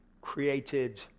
created